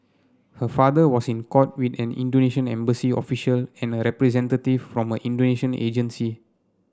her father was in court with an Indonesian embassy official and a representative from her Indonesian agency